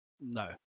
No